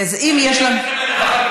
אני אלך איתכם לרווחה,